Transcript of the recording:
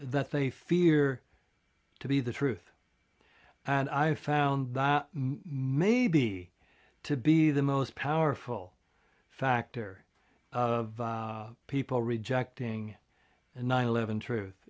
that they fear to be the truth and i found maybe to be the most powerful factor of people rejecting a nine eleven truth